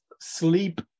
sleep